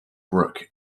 brook